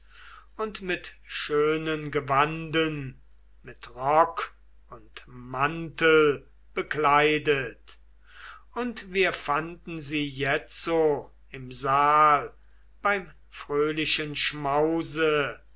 und mit schönen gewanden mit rock und mantel bekleidet und wir fanden sie jetzo im saal beim fröhlichen schmause